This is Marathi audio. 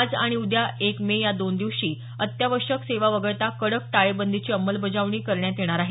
आज आणि उद्या एक मे या दोन दिवशी अत्यावश्यक सेवा वगळता कडक टाळेबंदीची अंमलबजावणी करण्यात येणार आहे